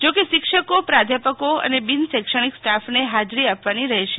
જોકે શિક્ષકો પ્રાધ્યાપકો અને બિન શૈક્ષણિક સ્ટાફને હાજરી આપવાની રહેશે